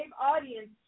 audience